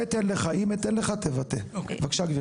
אני אשמח להתייחס, בבקשה.